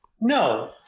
no